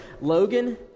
Logan